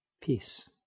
Peace